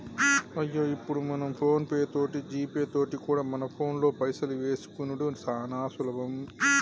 అయ్యో ఇప్పుడు మనం ఫోన్ పే తోటి జీపే తోటి కూడా మన ఫోన్లో పైసలు వేసుకునిడు సానా సులభం